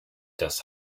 das